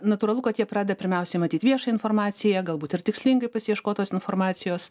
natūralu kad jie pradeda pirmiausiai matyt viešą informaciją galbūt ir tikslingai pasiieškot tos informacijos